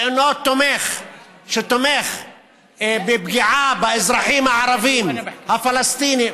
שאינו תומך בפגיעה באזרחים הערבים הפלסטינים,